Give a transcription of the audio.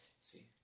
see